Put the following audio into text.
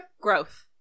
growth